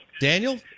daniel